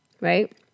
right